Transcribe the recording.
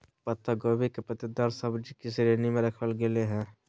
पत्ता गोभी के पत्तेदार सब्जि की श्रेणी में रखल गेले हें